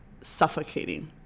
suffocating